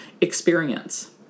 Experience